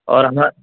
اور ہم